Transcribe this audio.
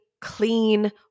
clean